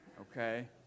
okay